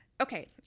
Okay